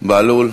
בהלול.